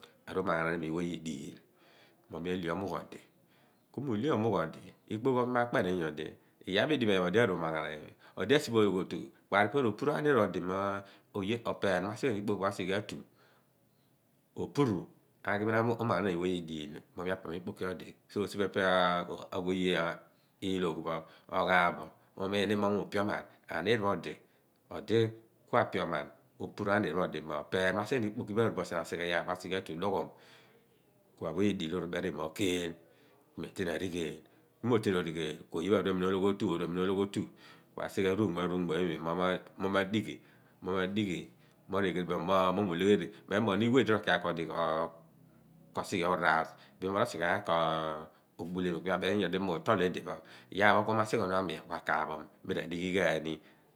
Aru umaaghaanaan imi wehye idhill mo alhe omugh adi ku mi uhe omugh odi ikpoki pho mi ma akpe ni nyodi ikuodi asibo ologhotu kparipe opuru anii odi mo opeer opeer ma si ghe ni ikpoki pho ami atu du ghum opuru aghi bin umaaghaan naan imi wheyeh lidiil mo mi a pam ikpoki odi so, osiboepe kawe ye liloogh pho umiini mo miu pioman aniir pho odi odi ku a pioman opuru aniir pho odi mo opeer pho ma sighe ni ikpoki pho arube sien asigh liyaar pho atuduughuum? Ku a whe lidhiil pho be ni imi mo kheel ku mi aten a righeel ku mi roteen origheel ku oye pho aru ephen ologhotu karo oru kua sighe ruunno uunmo imi kubeni imi mo madighi madighi reghereba mo miu legheri me moogh ni weh di rokighan kodi kosighe raaraar bin mo ro sighe ghan koobulemi mi abeninyodi mo mi utoul idipho iyaar pho ku mi ma sighe onuami kumi akaaphom mi ra dighi ghaani